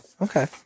Okay